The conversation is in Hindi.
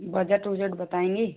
बजट उजट बताएँगे